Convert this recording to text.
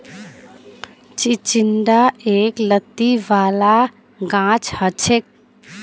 चिचिण्डा एक लत्ती वाला गाछ हछेक